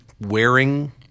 wearing